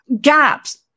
gaps